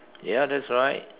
ya that's right